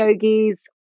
yogis